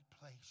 place